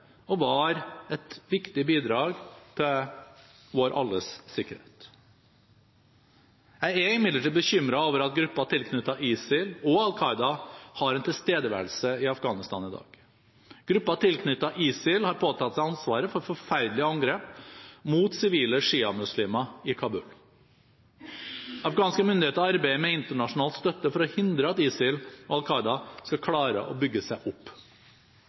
og var et viktig bidrag til vår alles sikkerhet. Jeg er imidlertid bekymret over at grupper tilknyttet ISIL og Al Qaida har en tilstedeværelse i Afghanistan i dag. Grupper tilknyttet ISIL har påtatt seg ansvaret for forferdelige angrep mot sivile sjiamuslimer i Kabul. Afghanske myndigheter arbeider med internasjonal støtte for å hindre at ISIL og Al Qaida skal klare å bygge seg opp.